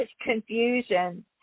confusion